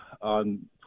on